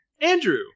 Andrew